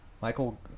Michael